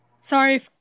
sorry